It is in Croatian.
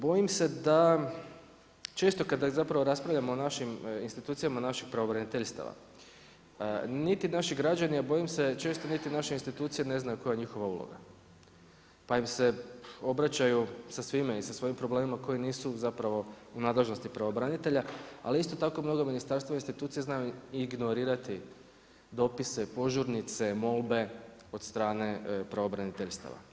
Bojim se da često kada zapravo raspravljamo o našim institucijama našeg pravobraniteljstava, niti naši građani a bojim se često niti naše institucije ne znaju koja je njihova uloga pa im se obraćaju sa svime i sa svojim problemima koje nisu zapravo u nadležnosti pravobranitelja ali isto tako mnogo ministarstva institucije znaju ignorirati dopise, požurnice, molbe od strane pravobraniteljstava.